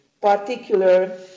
particular